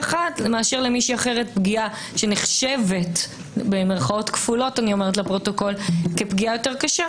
אחת מאשר למישהי אחרת פגיעה שנחשבת במירכאות כפולות כפגיעה יותר קשה.